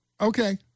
Okay